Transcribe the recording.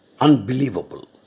unbelievable